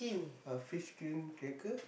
ah fish skin cracker